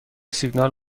سیگنال